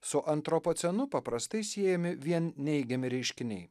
su antropocenu paprastai siejami vien neigiami reiškiniai